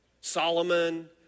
Solomon